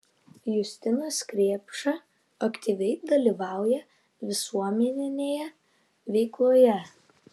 justinas krėpšta aktyviai dalyvauja visuomeninėje veikloje